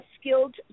skilled